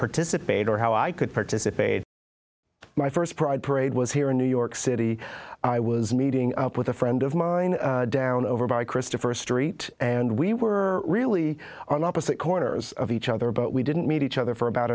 participate or how i could participate my st pride parade was here in new york city i was meeting up with a friend of mine down over by christopher street and we were really on opposite corners of each other but we didn't meet each other for about